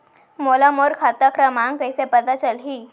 मोला मोर खाता क्रमाँक कइसे पता चलही?